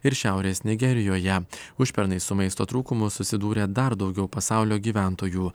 ir šiaurės nigerijoje užpernai su maisto trūkumu susidūrė dar daugiau pasaulio gyventojų